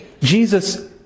Jesus